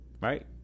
Right